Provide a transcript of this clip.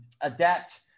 adapt